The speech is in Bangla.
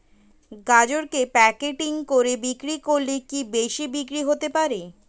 গাজরকে প্যাকেটিং করে বিক্রি করলে কি বেশি বিক্রি হতে পারে?